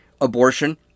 abortion